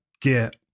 get